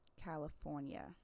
California